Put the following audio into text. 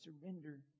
surrender